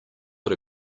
put